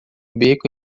beco